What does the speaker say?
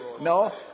No